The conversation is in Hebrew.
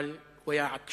אבל הוא היה עקשן,